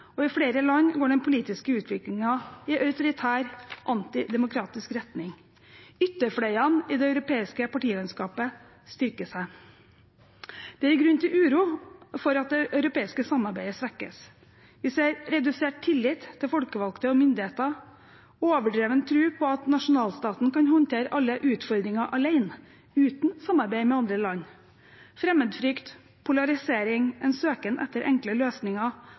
og i flere land går den politiske utviklingen i autoritær, antidemokratisk retning. Ytterfløyene i det europeiske partilandskapet styrker seg. Det gir grunn til uro for at det europeiske samarbeidet svekkes. Vi ser redusert tillit til folkevalgte og myndigheter og overdreven tro på at nasjonalstaten kan håndtere alle utfordringer alene, uten samarbeid med andre land. Vi ser fremmedfrykt, polarisering, en søken etter enkle løsninger,